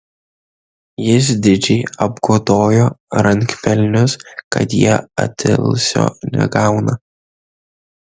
jis didžiai apgodojo rankpelnius kad jie atilsio negauną